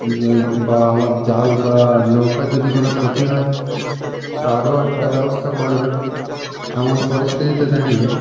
বা আমার জাল বা নৌকার যদি কোনো ক্ষতি হয় তারও একটা ব্যবস্থা করবে এমন পরিস্থিতিতে দাঁড়িয়ে